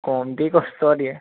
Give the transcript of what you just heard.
কমতি কষ্ট দিয়ে